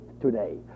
today